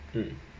mm